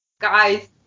Guys